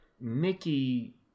Mickey